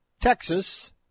Texas